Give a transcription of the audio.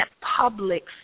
public